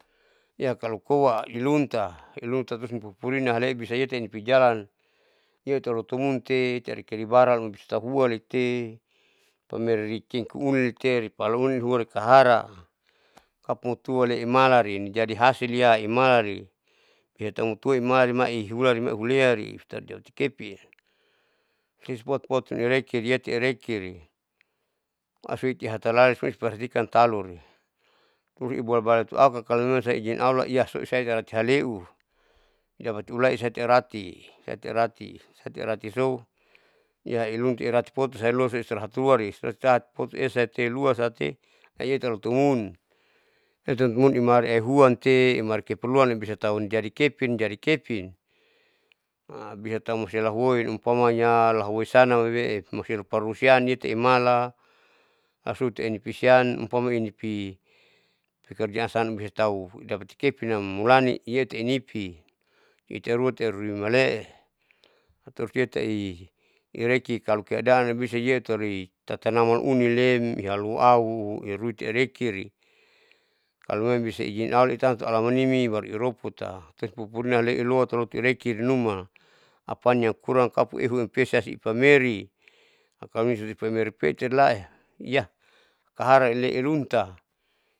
Ya kalo koa ilunta ilunta tutun pupurina ale'e bisa iyate pijalan iyate loto munte itari kelibaran bisatahulite pameri cengkeh ulinlite ripala ulinlua likahara kaputua leimararin, jadi hasillia imararin iyatatua imalarin ma'ihelari maiuheleari autati aukepin tispuat puat nirekiri rieti erekeri. maasuitihatalali suipastikan taluri puri'i buabalutuaka kalo memang saizin allah iyasu seitalati haleu, iyapati ulai isati arati saitiarati saitiaratiso niailunti erati potusailua souistirahat luari stirahatta potu esati luasati naiyetalotumun imari ehuamte, imari keperluan nibisataun jadi kepin jadi kepin. bisa tahu musihelahuoi umpamanya lahuoi sana luile'e musiaparupa rusianyete yaimala asuiti inepisian umpama inipi pekerjaan san bisa tahu dapati kepinnam mulani iyeti inipi. piitaruate aurui male'e terus itai ireki kalo keadaan bisa iyetiri tatanaman unilem ihalu'au iyutiirekeri, kalo memang bisa izin allah itamtau alamanimi baru iroputa toipupurina ale'e lua tolo piireki numa apanya kurang kapuehu peasasi ipameri akalo nisasui pameripeti laeiyah kahara leiyunta.